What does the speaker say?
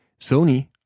Sony